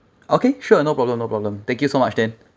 okay sure no problem no problem thank you so much then